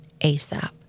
ASAP